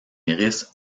iris